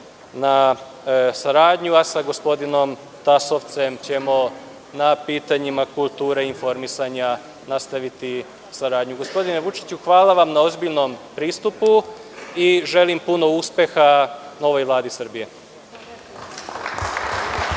na saradnju, sa gospodinom Tasovcem ćemo na pitanjima kulture i informisanja nastaviti saradnju. Gospodine Vučiću, hvala vam na ozbiljnom pristupu i želim puno uspeha novoj Vladi Republike